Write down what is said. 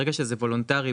ברגע שזה וולונטרי,